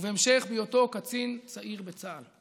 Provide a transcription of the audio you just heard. ובהמשך בהיותו קצין צעיר בצה"ל.